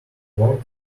word